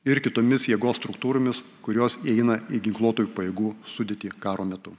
ir kitomis jėgos struktūromis kurios įeina į ginkluotųjų pajėgų sudėtį karo metu